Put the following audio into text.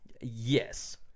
Yes